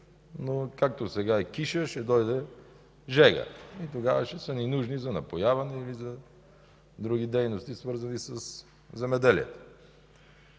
но както сега е киша, ще дойде жега и тогава ще са ни нужни за напояване или за други дейности, свързани със земеделието.